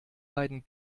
beiden